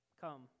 Come